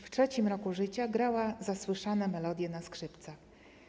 W trzecim roku życia grała zasłyszane melodie na skrzypcach.